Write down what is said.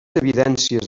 evidències